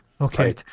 Okay